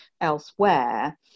elsewhere